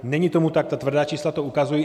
Není tomu tak, ta tvrdá čísla to ukazují.